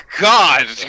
god